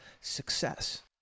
success